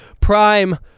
prime